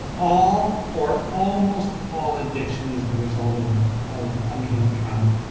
all or almost all addiction is the result of of unhealed trauma.